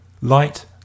light